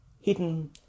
hidden